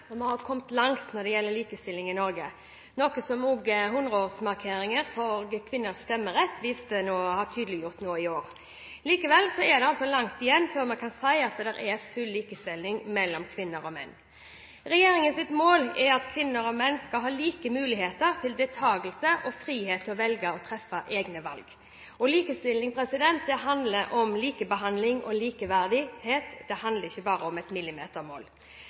og kor langt tilbake må me for å kome på eit ønskjeleg nivå?» Jeg takker for spørsmålet. Vi har kommet langt når det gjelder likestilling i Norge, noe som også 100-årsmarkeringen for kvinners stemmerett har tydeliggjort nå i år. Likevel er det langt igjen før vi kan si at det er full likestilling mellom kvinner og menn. Regjeringens mål er at kvinner og menn skal ha like muligheter til deltakelse og frihet til å treffe egne valg. Likestilling handler om likebehandling og likeverd, det handler ikke bare om et millimetermål.